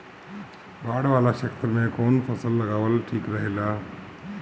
बाढ़ वाला क्षेत्र में कउन फसल लगावल ठिक रहेला?